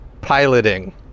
Piloting